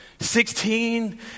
Sixteen